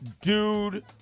dude